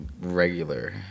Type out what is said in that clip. regular